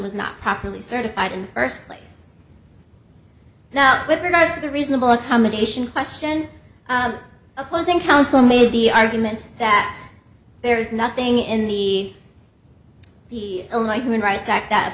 was not properly certified in the first place now with regards to the reasonable accommodation question opposing counsel made the argument that there is nothing in the the only human rights act that